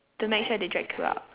to make sure they drag you up